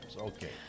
Okay